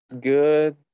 good